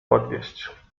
podwieźć